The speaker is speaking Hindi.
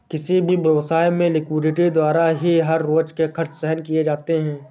किसी भी व्यवसाय में लिक्विडिटी द्वारा ही हर रोज के खर्च सहन किए जाते हैं